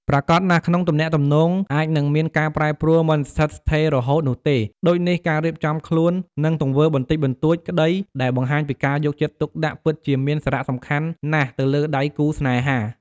ប្រាកដណាស់ក្នុងទំនាក់ទំនងអាចនឹងមានការប្រែប្រួលមិនស្ថិតស្ថេររហូតនោះទេ ដូចនេះការរៀបចំខ្លួន និងទង្វើបន្តិចបន្តួចក្តីដែលបង្ហាញពីការយកចិត្តទុកដាក់ពិតជាមានសារៈសំខាន់ណាស់ទៅលើដៃគូរស្នេហា។